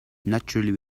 naturally